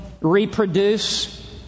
reproduce